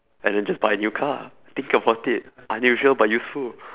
and then just buy a new car ah think about it unusual but useful